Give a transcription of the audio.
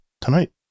tonight